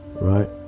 Right